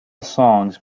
songs